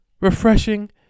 refreshing